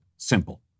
simple